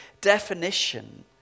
definition